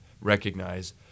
recognize